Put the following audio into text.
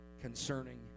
concerning